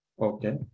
Okay